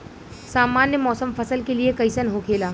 सामान्य मौसम फसल के लिए कईसन होखेला?